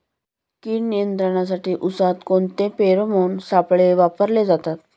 कीड नियंत्रणासाठी उसात कोणते फेरोमोन सापळे वापरले जातात?